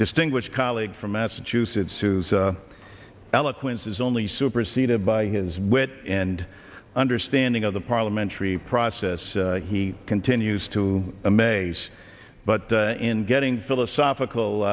distinguished colleague from massachusetts whose eloquence is only superseded by his wit and understanding of the parliamentary process he continues to amaze but in getting philosophical